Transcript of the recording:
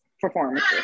performance